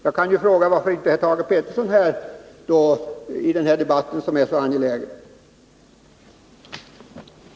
Jag kan ju i min tur fråga varför Thage Peterson inte längre är närvarande vid denna debatt, som är så angelägen. Han gick ju ut hårt i ett inledningsanförande och borde lyssna till den kritik han utsätts för.